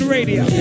Radio